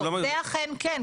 לא, זה אכן כן.